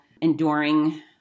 enduring